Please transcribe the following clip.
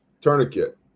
Tourniquet